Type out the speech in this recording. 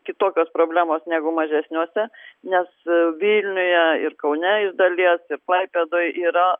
kitokios problemos negu mažesniuose nes vilniuje ir kaune iš dalies ir klaipėdoj yra